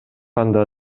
анда